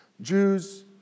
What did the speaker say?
Jews